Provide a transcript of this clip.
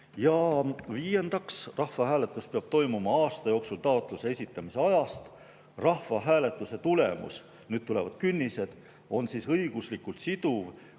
Viiendaks, rahvahääletus peab toimuma aasta jooksul taotluse esitamise ajast. Rahvahääletuse tulemus – nüüd tulevad künnised – on siis õiguslikult siduv,